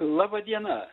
laba diena